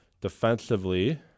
defensively